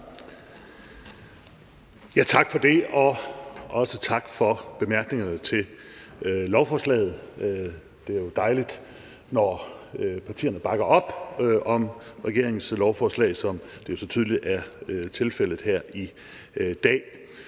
Tak for det, og også tak for bemærkningerne til lovforslaget. Det er jo dejligt, når partierne bakker op om regeringens lovforslag, som det jo så tydeligt er tilfældet her i dag.